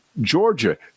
Georgia